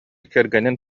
кэргэнин